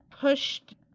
pushed